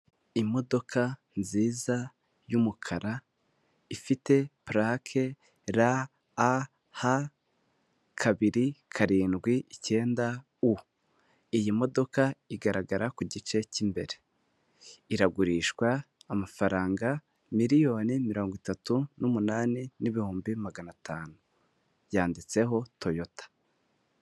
Imodoka nziza y'umukara ifite purake RAH, kabiri karindwi icyenda U. Iyi modoka igaragara ku gice cyimbere, iragurishwa amafaranga miliyoni mirongo itatu n'umunani n'ibihumbi magana atanu. Yanditseho toyota.